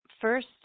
first